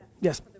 Yes